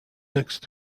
next